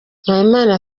mpayimana